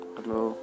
Hello